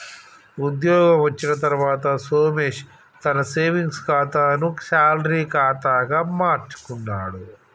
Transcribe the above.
ఉద్యోగం వచ్చిన తర్వాత సోమేశ్ తన సేవింగ్స్ కాతాను శాలరీ కాదా గా మార్చుకున్నాడు